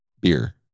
beer